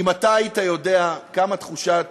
אם היית יודע כמה תחושת